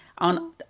on